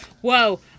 Whoa